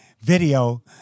video